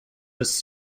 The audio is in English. was